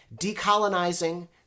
decolonizing